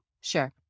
Sure